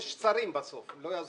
בסוף יש שרים, לא יעזור